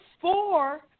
four